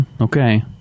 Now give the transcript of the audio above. okay